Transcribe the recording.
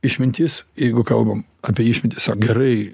išmintis jeigu kalbam apie išmintį sak gerai